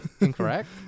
incorrect